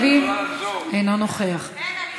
שמכיוון שהגיע המצב לכך שבאמת יש כמות של